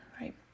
right